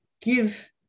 Give